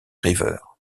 river